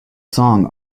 song